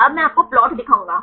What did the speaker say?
अब मैं आपको प्लाट दिखाऊंगा